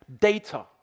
data